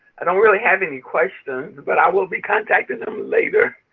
i don't really have any questions, but i will be contacting them later